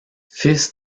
fils